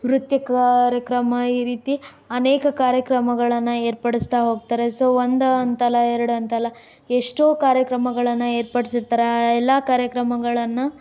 ನೃತ್ಯ ಕಾರ್ಯಕ್ರಮ ಈ ರೀತಿ ಅನೇಕ ಕಾರ್ಯಕ್ರಮಗಳನ್ನು ಏರ್ಪಡಿಸ್ತಾ ಹೋಗ್ತಾರೆ ಸೊ ಒಂದು ಅಂತಲ್ಲ ಎರಡು ಅಂತಲ್ಲ ಎಷ್ಟೋ ಕಾರ್ಯಕ್ರಮಗಳನ್ನು ಏರ್ಪಡಿಸಿರ್ತಾರೆ ಆ ಎಲ್ಲ ಕಾರ್ಯಕ್ರಮಗಳನ್ನು